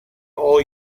all